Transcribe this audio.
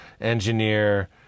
engineer